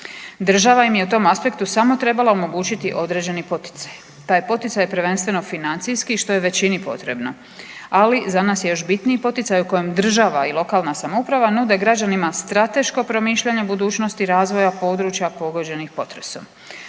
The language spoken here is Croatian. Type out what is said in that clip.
Država im je u tom aspektu samo trebala omogućiti određeni poticaj. Taj poticaj je prvenstveno financijski i što je većini potrebno. Ali za nas je još bitniji poticaj u kojem država i lokalna samouprava nude građanima strateško promišljanje budućnosti razvoja područja pogođenih potresom.